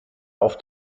auf